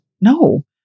no